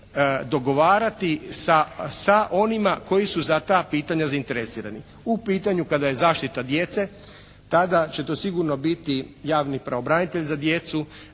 dogovarati sa onima koji su za ta pitanja zainteresirani. U pitanju kada je zaštita djece tada će to sigurno biti javni pravobranitelj za djecu